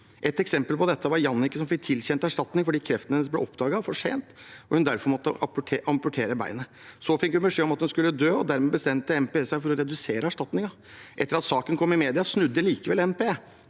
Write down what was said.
Et eksempel på dette var Jannike, som fikk tilkjent erstatning fordi kreften hennes ble oppdaget for sent og hun derfor måtte amputere beinet. Så fikk hun beskjed om at hun skulle dø, og dermed bestemte NPE seg for å redusere erstatningen. Etter at saken kom i media, snudde likevel NPE.